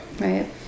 Right